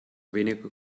weniger